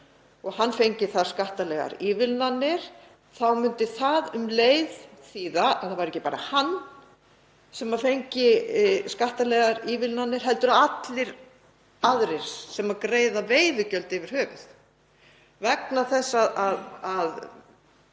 og hann fengi þar skattalegar ívilnanir, þá myndi það um leið þýða að það væri ekki bara hann sem fengi skattalegar ívilnanir heldur allir aðrir sem greiða veiðigjöld yfir höfuð vegna þess að